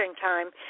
time